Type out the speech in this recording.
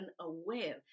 aware